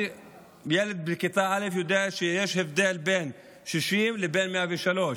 ילד בכיתה א' יודע שיש הבדל בין 60 לבין 103,